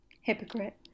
Hypocrite